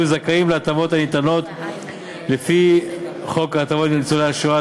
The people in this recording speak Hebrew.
זכאים להטבות הניתנות לפי חוק הטבות לניצולי שואה,